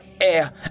air